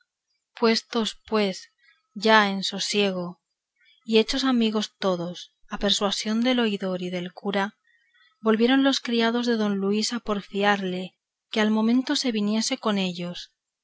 puestos pues ya en sosiego y hechos amigos todos a persuasión del oidor y del cura volvieron los criados de don luis a porfiarle que al momento se viniese con ellos